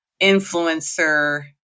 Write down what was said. influencer